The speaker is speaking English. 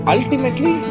Ultimately